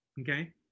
okay